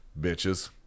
bitches